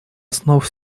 основ